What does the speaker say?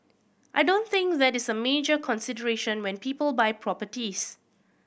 I don't think that is a major consideration when people buy properties